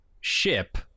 ship